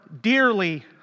dearly